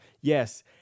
Yes